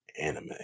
Anime